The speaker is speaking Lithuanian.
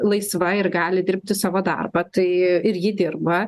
laisva ir gali dirbti savo darbą tai ir ji dirba